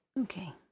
Okay